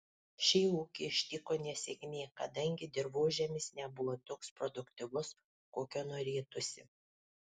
šį ūkį ištiko nesėkmė kadangi dirvožemis nebuvo toks produktyvus kokio norėtųsi